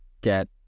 get